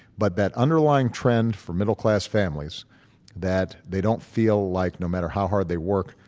but that underlying trend for middle-class families that they don't feel like no matter how hard they work,